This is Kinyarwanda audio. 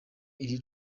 iri